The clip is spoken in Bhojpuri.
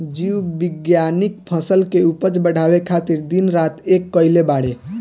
जीव विज्ञानिक फसल के उपज बढ़ावे खातिर दिन रात एक कईले बाड़े